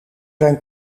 zijn